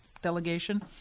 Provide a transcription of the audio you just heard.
delegation